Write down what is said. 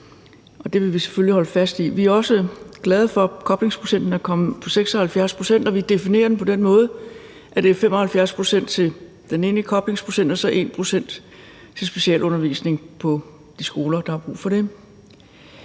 selvfølgelig holde fast i. Vi er også glade for, at koblingsprocenten er landet på 76 pct., og vi definerer den på den måde, at det er 75 pct. til den egentlige koblingsprocent og 1 pct. til specialundervisning på de skoler, der har brug for det.